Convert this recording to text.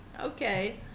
Okay